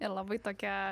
ir labai tokia